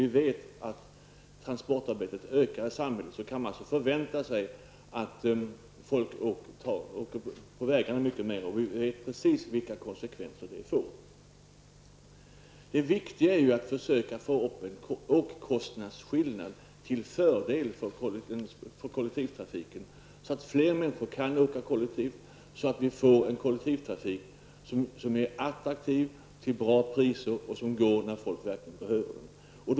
Vi vet att transportarbetet i samhället ökar, och därför kan man förvänta sig att människorna åker mycket mer på vägarna. Vi vet också precis vilka konsekvenserna blir. Det viktiga är att försöka öka kostnadsskillnaden, så att det blir en fördel för kollektivtrafiken och så att fler människor kan åka kollektivt. Kollektivtrafiken måste bli attraktiv, med bra priser och med turer då människor verkligen behöver åka.